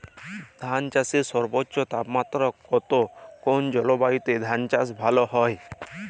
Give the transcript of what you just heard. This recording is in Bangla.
ধান চাষে সর্বোচ্চ তাপমাত্রা কত কোন জলবায়ুতে ধান চাষ ভালো হয়?